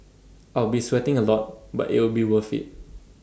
I'll be sweating A lot but it'll be worth IT